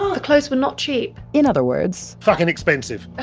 ah the clothes were not cheap in other words, fucking expensive! ah